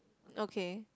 okay